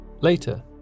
Later